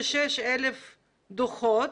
86,000 דוחות,